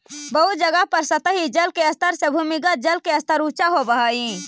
बहुत जगह पर सतही जल के स्तर से भूमिगत जल के स्तर ऊँचा होवऽ हई